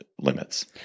limits